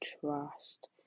trust